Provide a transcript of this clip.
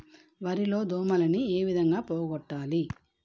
వరి లో దోమలని ఏ విధంగా పోగొట్టాలి?